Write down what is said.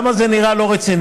למה זה נראה לא רציני?